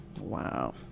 Wow